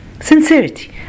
Sincerity